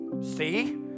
see